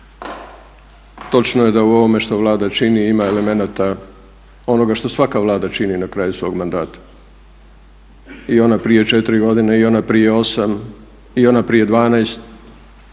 Točno je da u ovome što Vlada čini ima elemenata onoga što svaka Vlada čini na kraju svog mandata i ona prije 4 godine i ona prije 8 i ona prije 12, sve